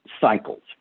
cycles